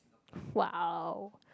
!wow!